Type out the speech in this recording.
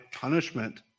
punishment